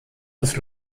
ist